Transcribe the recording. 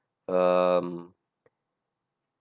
err